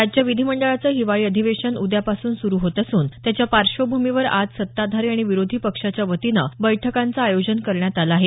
राज्य विधी मंडळाचं हिवाळी अधिवेशन उद्या पासून सुरू होत असून त्याच्या पार्श्वभूमीवर आज सत्ताधारी आणि विरोधी पक्षाच्या वतीनं बैठकांचं आयोजन करण्यात आलं आहे